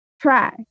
Try